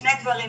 בריא בבית,